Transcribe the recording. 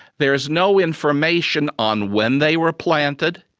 there's no information on when they were planted,